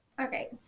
Okay